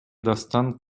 дастан